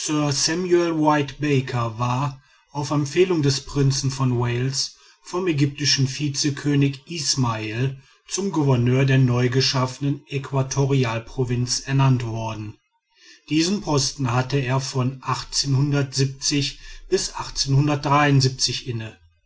baker war auf empfehlung des prinzen von wales vom ägyptischen vizekönig ismail zum gouverneur der neugeschaffenen äquatorialprovinz ernannt worden diesen posten hatte er von inne